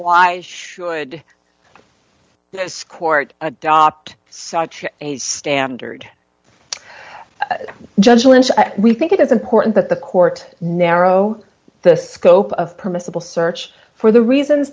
why should this court adopt such a standard judge lynch we think it is important that the court narrow the scope of permissible search for the reasons